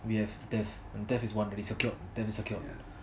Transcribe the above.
we have death and death is one that is secured death is secured